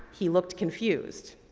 he looked confused.